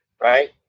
Right